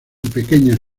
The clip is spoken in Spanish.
pequeñas